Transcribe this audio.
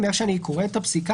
מאיך שאני קורא את הפסיקה,